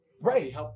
Right